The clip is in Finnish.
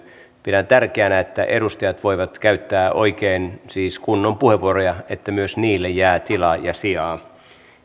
pidän tärkeänä että edustajat voivat käyttää oikein siis kunnon puheenvuoroja että myös niille jää tilaa ja sijaa